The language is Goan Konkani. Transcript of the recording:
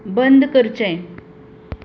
बंद करचें